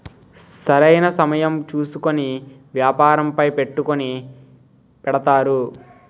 సరైన సమయం చూసుకొని వ్యాపారంపై పెట్టుకుని పెడతారు